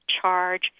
charge